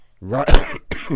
right